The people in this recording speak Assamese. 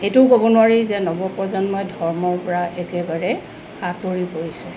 এইটোও ক'ব নোৱাৰি যে নৱপ্ৰজন্মই ধৰ্মৰ পৰা একেবাৰে আঁতৰি পৰিছে